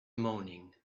moaning